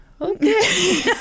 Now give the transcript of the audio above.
okay